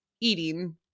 eating